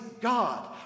God